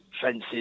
fences